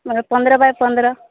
ମୋର ପନ୍ଦର ବାଇ ପନ୍ଦର